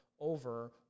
over